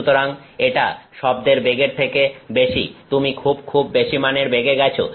সুতারাং এটা শব্দের বেগের থেকে বেশি তুমি খুব খুব বেশি মানের বেগে গেছো